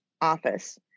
office